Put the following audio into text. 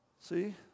See